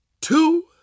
two